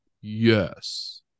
Yes